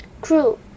Crew